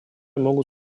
могут